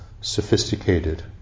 sophisticated